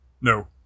No